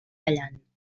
ballant